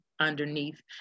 underneath